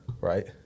right